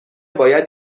باید